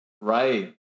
Right